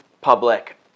public